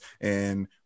And-